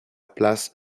place